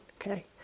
okay